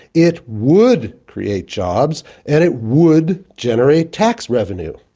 it would create jobs, and it would generate tax revenue.